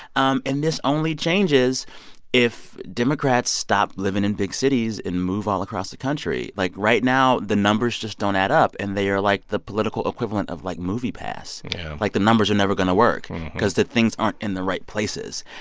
um and this only changes if democrats stop living in big cities and move all across the country. like, right now, the numbers just don't add up. and they are, like, the political equivalent of, like, movie pass like, the numbers are never going to work because the things aren't in the right places.